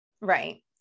Right